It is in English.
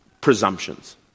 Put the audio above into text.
presumptions